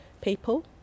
people